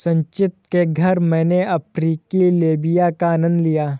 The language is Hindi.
संचित के घर मैने अफ्रीकी लोबिया का आनंद लिया